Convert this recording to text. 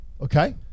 okay